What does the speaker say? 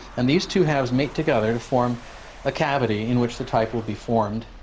and these two halves meet together to form a cavity in which the type will be formed.